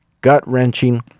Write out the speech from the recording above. gut-wrenching